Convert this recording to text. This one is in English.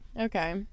okay